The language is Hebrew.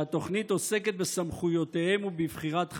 שהתוכנית עוסקת בסמכויותיהם ובבחירת חבריהם?